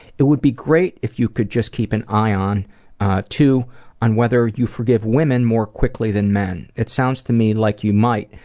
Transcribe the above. it would be great if you could just keep an eye too on whether you forgive women more quickly than men. it sounds to me like you might,